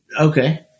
Okay